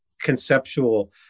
conceptual